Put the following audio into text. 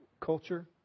culture